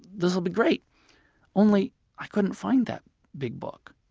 this will be great only i couldn't find that big book.